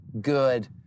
good